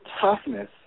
toughness